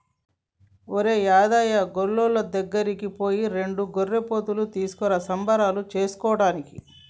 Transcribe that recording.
ఒరేయ్ యాదయ్య గొర్రులోళ్ళ దగ్గరికి పోయి రెండు గొర్రెపోతులు తీసుకురా సంబరాలలో కోసుకోటానికి